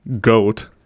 GOAT